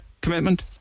commitment